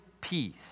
peace